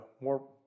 more